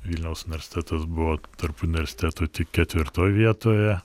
vilniaus universitetas buvo tarp universitetų tik ketvirtoj vietoje